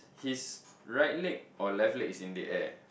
his right leg or left leg is in the air